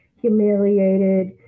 humiliated